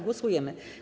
Głosujemy.